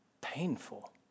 painful